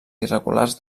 irregulars